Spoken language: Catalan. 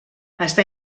està